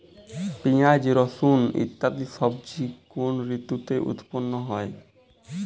পিঁয়াজ রসুন ইত্যাদি সবজি কোন ঋতুতে উৎপন্ন হয়?